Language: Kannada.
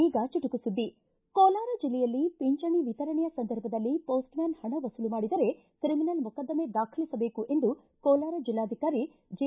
ಈಗ ಚುಟುಕು ಸುದ್ದಿ ಕೋಲಾರ ಜಿಲ್ಲೆಯಲ್ಲಿ ಪಿಂಚಣಿ ವಿತರಣೆಯ ಸಂದರ್ಭದಲ್ಲಿ ಪೋಸ್ಟ್ ಮ್ಯಾನ್ ಹಣ ವಸೂಲು ಮಾಡಿದರೆ ಕ್ರಿಮಿನಲ್ ಮೊಕದ್ದಮೆ ದಾಖಲಿಸಬೇಕು ಎಂದು ಕೋಲಾರ ಜೆಲ್ಲಾಧಿಕಾರಿ ಜೆ